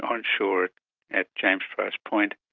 onshore at james price point,